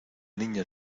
niña